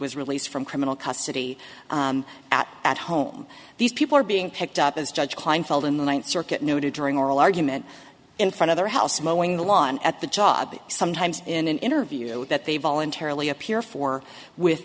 was released from criminal custody at at home these people are being picked up as judge kleinfeld in the ninth circuit noted during oral argument in front of their house moeen the lawn at the job sometimes in an interview that they voluntarily appear for with